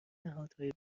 نهادهای